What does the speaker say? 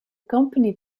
company